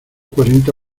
cuarenta